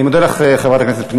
אני מודה לך, חברת הכנסת פנינה.